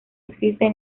existe